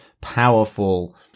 powerful